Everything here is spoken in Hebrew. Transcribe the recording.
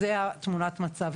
זו תמונת המצב.